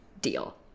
deal